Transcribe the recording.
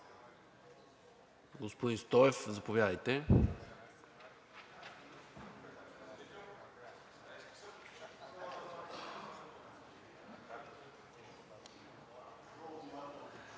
Господин Стоев, заповядайте.